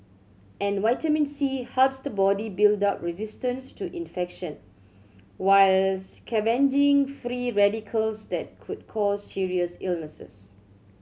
and vitamin C helps the body build up resistance to infection while scavenging free radicals that could cause serious illnesses